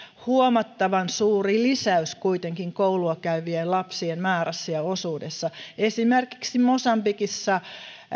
huomattavan suuri lisäys koulua käyvien lapsien määrässä ja osuudessa esimerkiksi mosambikissa